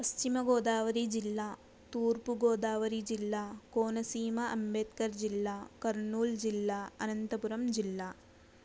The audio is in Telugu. పశ్చిమ గోదావరి జిల్లా తూర్పు గోదావరి జిల్లా కోనసీమ అంబేద్కర్ జిల్లా కర్నూల్ జిల్లా అనంతపురం జిల్లా